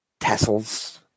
Tassels